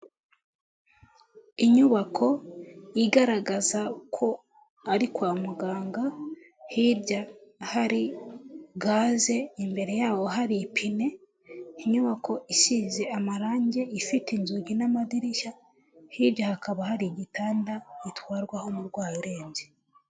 Inyubako igaragaza ko ari kwa muganga hirya hari gaze imbere yaho hari ipine inyubako isize amarangi ifite inzugi n'amadirishya hirya hakaba hari igitanda gitwarwaho umurwayi urebye.